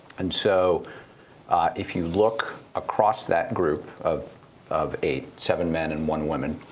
and so if you look across that group of of eight, seven men and one woman,